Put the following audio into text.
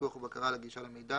פיקוח ובקרה על הגישה למידע